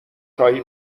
چایی